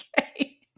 Okay